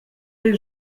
les